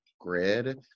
grid